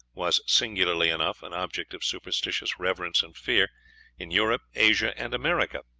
was, singularly enough, an object of superstitious reverence and fear in europe, asia, and america.